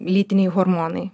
lytiniai hormonai